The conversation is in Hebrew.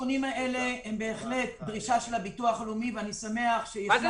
התיקונים האלה הם בהחלט דרישה של הביטוח הלאומי ואני שמח שישנה